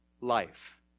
life